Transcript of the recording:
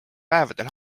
päevadel